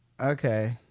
Okay